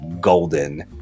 golden